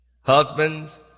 Husbands